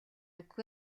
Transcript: өгөх